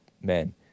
men